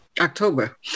October